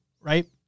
Right